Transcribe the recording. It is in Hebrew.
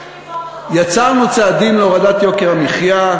יצרנו צעדים להורדת יוקר המחיה,